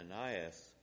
Ananias